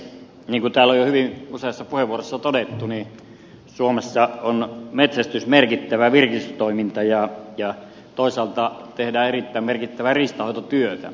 niin kuin täällä on jo hyvin useassa puheenvuorossa todettu suomessa on metsästys merkittävää virkistystoimintaa ja toisaalta tehdään erittäin merkittävää riistanhoitotyötä